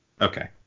Okay